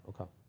Okay